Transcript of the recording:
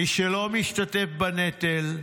מי שלא משתתף בנטל,